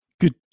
good